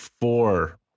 four